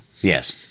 Yes